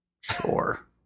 Sure